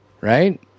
right